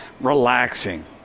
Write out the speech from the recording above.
relaxing